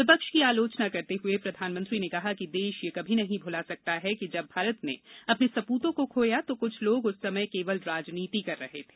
विपक्ष की आलोचना करते हुए प्रधानमंत्री ने कहा कि देश यह कभी नहीं भुला सकता कि जब भारत ने अपने सपूतों को खोया तो कुछ लोग उस समय केवल राजनीति कर रहे थे